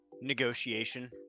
negotiation